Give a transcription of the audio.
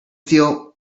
feel